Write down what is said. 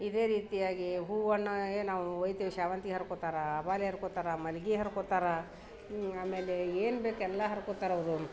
ಇದೇ ರೀತಿಯಾಗಿ ಹೂ ಹಣ್ಣು ಏ ನಾವು ಒಯ್ತೇವೆ ಶಾವಂತಿಗೆ ಹರ್ಕೊತಾರೆ ಅಬಾಲೆ ಹರ್ಕೊತಾರೆ ಮಲ್ಗೆ ಹರ್ಕೊತಾರೆ ಹ್ಞೂ ಆಮೇಲೆ ಏನ್ಬೇಕು ಎಲ್ಲ ಹರ್ಕೊತಾರೆ ಅವರು